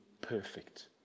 perfect